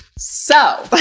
so but